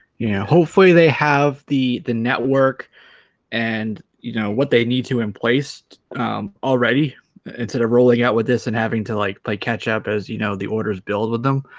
yeah, hopefully they have the the network and you know what they need to emplaced already instead of rolling out with this and having to like play catch-up as you know the orders build with them